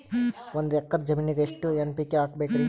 ಒಂದ್ ಎಕ್ಕರ ಜಮೀನಗ ಎಷ್ಟು ಎನ್.ಪಿ.ಕೆ ಹಾಕಬೇಕರಿ?